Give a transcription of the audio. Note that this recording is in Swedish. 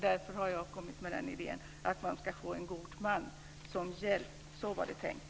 Därför har jag kommit med idén att de ska få en god man som hjälp. Så var det tänkt.